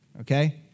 Okay